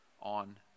on